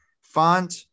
Font